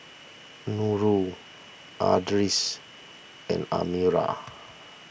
Nurul Idris and Amirah